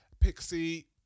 Pixie